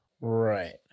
right